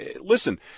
listen